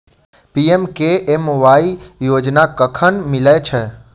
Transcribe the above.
PMKMY योजना कखन मिलय छै?